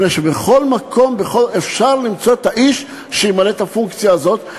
מפני שבכל מקום אפשר למצוא את האיש שימלא את הפונקציה הזאת,